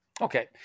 okay